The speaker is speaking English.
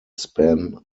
span